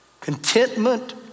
Contentment